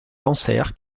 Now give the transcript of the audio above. cancer